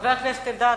חבר הכנסת אלדד,